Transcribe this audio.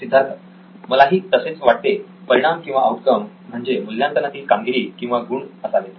सिद्धार्थ मलाही तसेच वाटते परिणाम किंवा आउटकम म्हणजे मूल्यांकनातील कामगिरी किंवा गुण असावेत